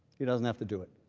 he doesn't have to do it.